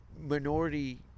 Minority